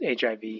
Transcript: HIV